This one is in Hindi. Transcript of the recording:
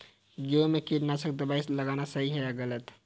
गेहूँ में कीटनाशक दबाई लगाना सही है या गलत?